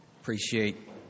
Appreciate